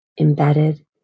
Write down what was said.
embedded